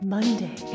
Monday